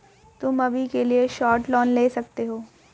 तुम अभी के लिए शॉर्ट लोन ले सकते हो